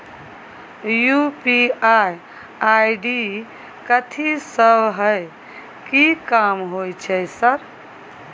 UPI ID कथि सब हय कि काम होय छय सर?